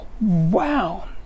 wow